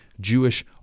Jewish